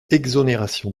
exonération